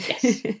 yes